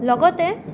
লগতে